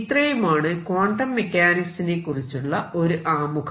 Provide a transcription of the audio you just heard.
ഇത്രയുമാണ് ക്വാണ്ടം മെക്കാനിക്സിനെക്കുറിച്ചുള്ള ഒരു ആമുഖം